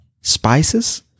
spices